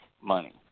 money